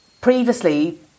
previously